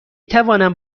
توانم